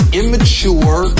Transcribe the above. immature